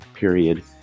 period